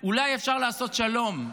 אולי, אפשר לעשות שלום.